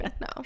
No